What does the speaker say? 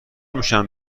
میشم